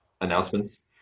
announcements